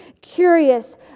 curious